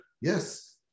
Yes